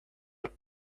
get